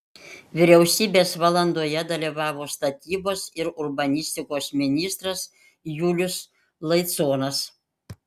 vyriausybės valandoje dalyvavo statybos ir urbanistikos ministras julius laiconas